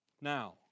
Now